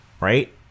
right